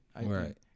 Right